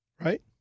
right